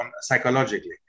psychologically